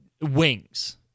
wings